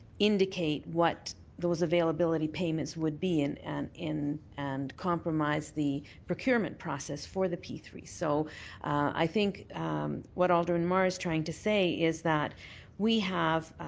indicate what those availability payments would be and and and compromise the procurement process for the p three. so i think what alderman mar is trying to say is that we have